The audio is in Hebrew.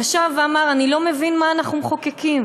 ישב ואמר: אני לא מבין מה אנחנו מחוקקים.